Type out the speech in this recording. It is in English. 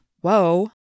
whoa